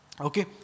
Okay